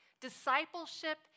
Discipleship